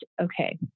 okay